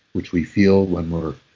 which we feel when we're